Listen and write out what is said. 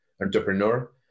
entrepreneur